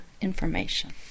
information